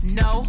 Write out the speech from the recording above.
no